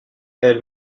elle